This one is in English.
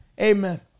Amen